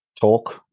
talk